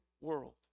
world